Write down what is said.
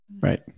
Right